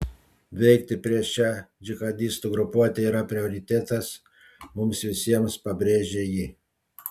veikti prieš šią džihadistų grupuotę yra prioritetas mums visiems pabrėžė ji